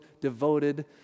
devoted